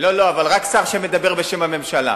אבל רק שר שמדבר בשם הממשלה.